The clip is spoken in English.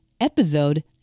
Episode